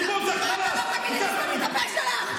אתה לא תגיד לי "תסתמי את הפה שלך".